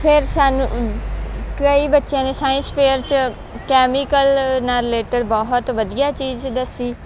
ਫਿਰ ਸਾਨੂੰ ਕਈ ਬੱਚਿਆਂ ਨੇ ਸਾਇੰਸ ਫੇਅਰ 'ਚ ਕੈਮੀਕਲ ਨਾਲ ਰਿਲੇਟਡ ਬਹੁਤ ਵਧੀਆ ਚੀਜ਼ ਦੱਸੀ